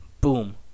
boom